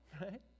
right